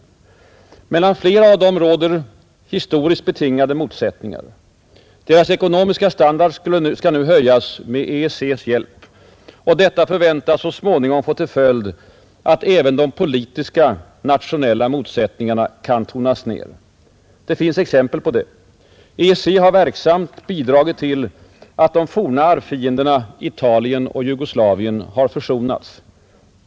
Mellan flera av dem råder historiskt betingade motsättningar. Deras ekonomiska standard skall nu höjas med EEC: hjälp. Detta förväntas så småningom få till följd att även de politiska, nationella motsättningarna kan tonas ner. Det finns exempel härpå. EEC har verksamt bidragit till att de forna arvfienderna Italien och Jugoslavien försonats.